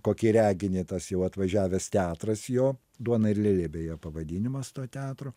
kokį reginį tas jau atvažiavęs teatras jo duona ir lėlė beje pavadinimas to teatro